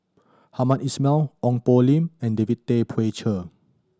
Hamed Ismail Ong Poh Lim and David Tay Poey Cher